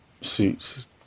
suits